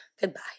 Goodbye